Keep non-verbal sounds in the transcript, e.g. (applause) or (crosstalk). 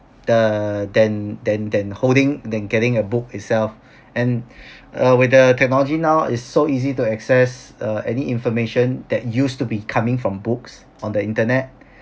the than than than holding than getting a book itself and (breath) uh with the technology now is so easy to access uh any information that used to be coming from books on the internet